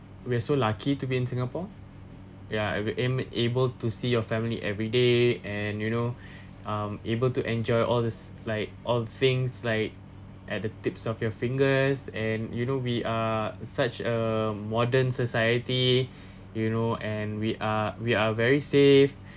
we are so lucky to be in singapore ya and be able able to see your family everyday and you know um able to enjoy all this like all things like at the tips of your fingers and you know we are such a modern society you know and we are we are very safe